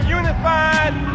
unified